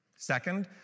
Second